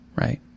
Right